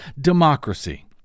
democracy